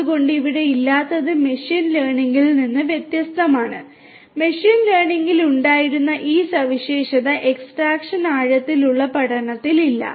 അതിനാൽ ഇവിടെ ഇല്ലാത്തത് മെഷീൻ ലേണിംഗിൽ നിന്ന് വ്യത്യസ്തമാണ് മെഷീൻ ലേണിംഗിൽ ഉണ്ടായിരുന്ന ഈ സവിശേഷത എക്സ്ട്രാക്ഷൻ ആഴത്തിലുള്ള പഠനത്തിൽ ഇല്ല